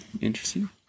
Interesting